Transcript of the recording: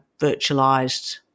virtualized